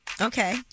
Okay